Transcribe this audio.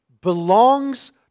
belongs